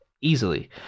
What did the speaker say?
easily